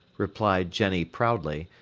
replied jenny proudly,